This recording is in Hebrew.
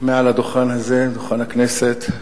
מהדוכן הזה, דוכן הכנסת,